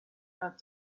about